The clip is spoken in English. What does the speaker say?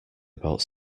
about